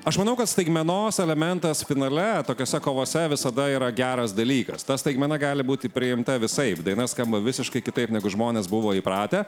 aš manau kad staigmenos elementas finale tokiose kovose visada yra geras dalykas ta staigmena gali būti priimta visaip daina skamba visiškai kitaip negu žmonės buvo įpratę